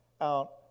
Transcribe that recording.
out